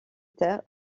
terre